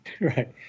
right